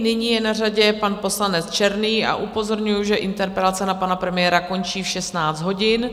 Nyní je na řadě pan poslanec Černý a upozorňuju, že interpelace na pana premiéra končí v 16 hodin.